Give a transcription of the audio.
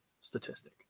statistic